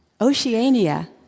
Oceania